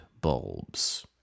bulbs